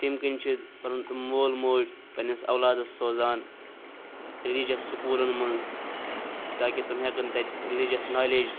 تَمہِ کِنۍ چھِ پَنُن تِم مول موج پنٛنِس اولادَس سوزان رِلِجَس سکوٗلَن منٛز تاکہِ تٕم ہٮ۪کَن تَتہِ رِلِجَس نالیج